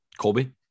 colby